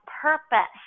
purpose